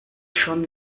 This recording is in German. schon